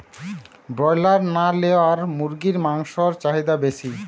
Broiler না layer মুরগির মাংসর চাহিদা বেশি?